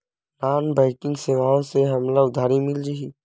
Non banking सेवाएं से हमला उधारी मिल जाहि?